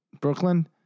Brooklyn